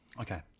Okay